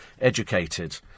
educated